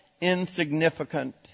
insignificant